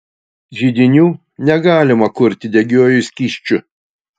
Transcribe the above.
židinių negalima kurti degiuoju skysčiu